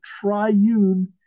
triune